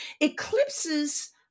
Eclipses